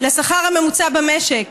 לשכר הממוצע במשק,